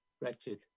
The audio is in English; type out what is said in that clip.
Wretched